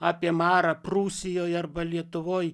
apie marą prūsijoj arba lietuvoj